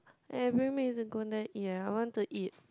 eh bring me to go there eat eh I want to eat